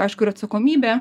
aišku ir atsakomybė